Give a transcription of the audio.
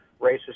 racist